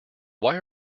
why